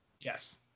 Yes